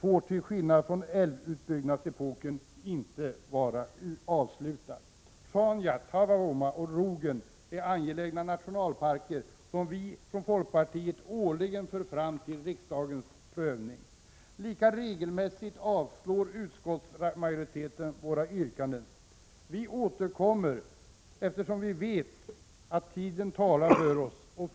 får till skillnad från älvutbyggnadsepoken inte vara avslutad. Sjaunja, Taavavuoma och Rogen är angelägna nationalparker, som vi från folkpartiet årligen för fram till riksdagens prövning. Lika regelmässigt avstyrker utskottsmajoriteten våra yrkanden. Vi återkommer, eftersom vi vet att tiden talar för oss.